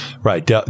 Right